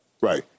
Right